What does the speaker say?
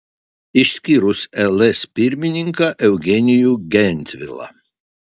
išskyrus ls pirmininką eugenijų gentvilą